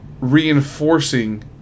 reinforcing